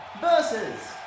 versus